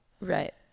Right